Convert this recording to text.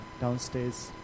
downstairs